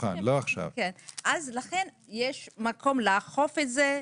יש מקום לאכוף את זה,